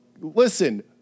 Listen